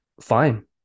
Fine